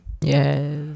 Yes